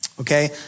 okay